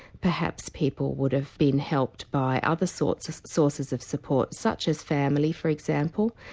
perhaps people would have been helped by other sources sources of support such as family for example,